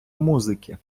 музики